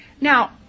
Now